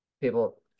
people